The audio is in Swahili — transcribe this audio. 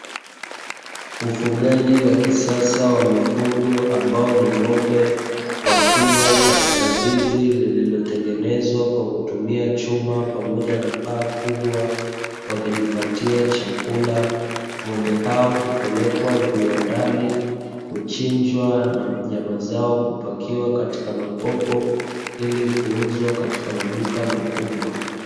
Ufugaji wa kisasa wa mifugo ambao ni ng'ombe wakiwa katika zizi, lililotengenezwa kwa kutumia chuma, pamoja na paa kubwa wakijipatia chakula. Ng'ombe hao hupelekwa viwandani kuchinjwa na nyama zao kupakiwa katika makopo, ili kuuzwa katika maduka makubwa.